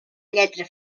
lletra